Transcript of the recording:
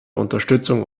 unterstützung